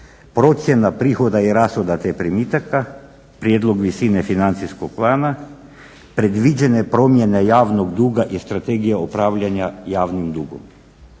procjena prihoda i rashoda te primitaka, prijedlog visine financijskog plana, predviđene promjene javnog duga i Strategija upravljanja javnim dugom.